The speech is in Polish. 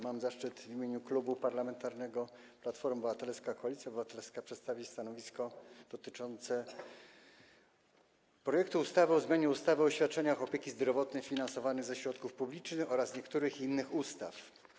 Mam zaszczyt w imieniu Klubu Parlamentarnego Platforma Obywatelska - Koalicja Obywatelska przedstawić stanowisko dotyczące projektu ustawy o zmianie ustawy o świadczeniach opieki zdrowotnej finansowanych ze środków publicznych oraz niektórych innych ustaw.